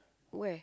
where